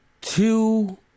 two